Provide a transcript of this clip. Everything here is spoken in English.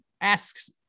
asks